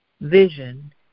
Vision